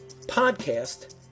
podcast